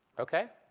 ok?